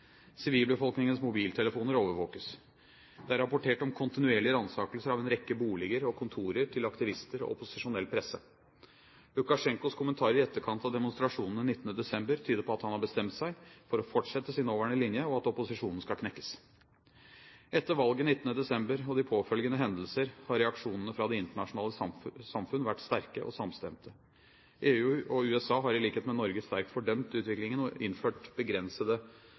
Sivilbefolkningens mobiltelefoner overvåkes. Det er rapportert om kontinuerlige ransakelser av en rekke boliger og kontorer til aktivister og opposisjonell presse. Lukasjenkos kommentarer i etterkant av demonstrasjonene 19. desember tyder på at han har bestemt seg for å fortsette sin nåværende linje, og at opposisjonen skal knekkes. Etter valget 19. desember 2010 og de påfølgende hendelser har reaksjonene fra det internasjonale samfunn vært sterke og samstemte. EU og USA har, i likhet med Norge, sterkt fordømt utviklingen og innført begrensede